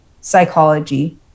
psychology